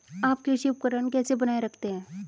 आप कृषि उपकरण कैसे बनाए रखते हैं?